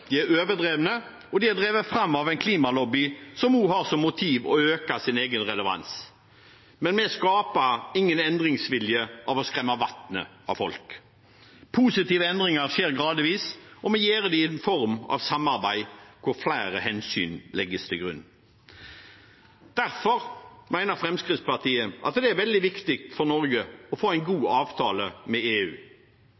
De er overdrevet, og de er drevet fram av en klimalobby som også har som motiv å øke sin egen relevans. Men vi skaper ingen endringsvilje ved å skremme vannet av folk. Positive endringer skjer gradvis, og vi gjør det i form av samarbeid der flere hensyn legges til grunn. Derfor mener Fremskrittspartiet det er veldig viktig for Norge å få en god